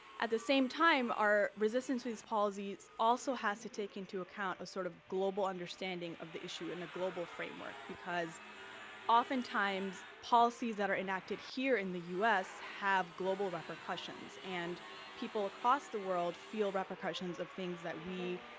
at the same time, our resistance to these policies also has to take into account a sort of global understanding of the issue in a global framework, because oftentimes policies that are enacted here in the us have global repercussions and people across the world feel repercussions of things that we,